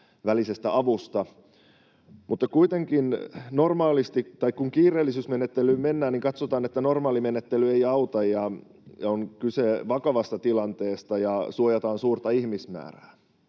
kuitenkin kun kiireellisyysmenettelyyn mennään, niin katsotaan, että normaalimenettely ei auta, ja on kyse vakavasta tilanteesta ja suojataan suurta ihmismäärää.